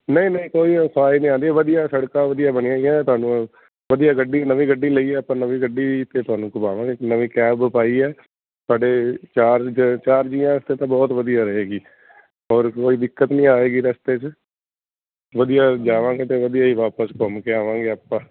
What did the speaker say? ਨਹੀਂ ਨਹੀਂ ਕੋਈ ਨੀ ਆਉਂਦੀ ਵਧੀਆ ਸੜਕਾਂ ਵਧੀਆ ਬਣੀਆਂ ਗਈਆਂ ਤੁਹਾਨੂੰ ਵਧੀਆ ਗੱਡੀ ਨਵੀਂ ਗੱਡੀ ਲਈ ਆਪਾਂ ਨਵੀਂ ਗੱਡੀ ਤੇ ਤੁਹਾਨੂੰ ਘਵਾਵਾਂਗੇ ਨਵੀਂ ਕੈਬ ਪਾਈ ਸਾਡੇ ਚਾਰਜ ਚਾਰ ਜੀਆਂ ਤੇ ਤਾਂ ਬਹੁਤ ਵਧੀਆ ਰਹੇਗੀ ਔਰ ਕੋਈ ਦਿੱਕਤ ਨਹੀਂ ਆਏਗੀ ਰਸਤੇ ਚ ਵਧੀਆ ਜਾਵਾਂਗੇ ਤੇ ਵਧੀਆ ਈ ਵਾਪਿਸ ਘੁੰਮ ਕੇ ਆਵਾਂਗੇ ਆਪਾਂ